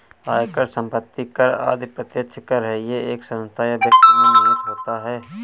आयकर, संपत्ति कर आदि प्रत्यक्ष कर है यह एक संस्था या व्यक्ति में निहित होता है